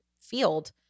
field